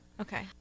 Okay